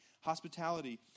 hospitality